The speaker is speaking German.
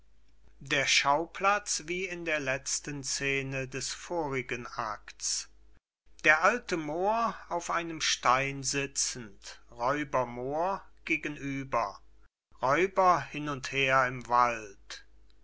der schauplatz wie in der letzten scene des vorigen akts der alte moor auf einem stein sitzend räuber moor gegenüber räuber hin und her im wald